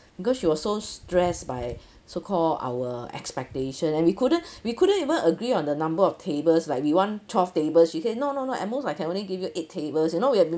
because she was so stressed by so called our expectation and we couldn't we couldn't even agree on the number of tables like we want twelve tables she say no no no at most I can only give you eight tables you know we have been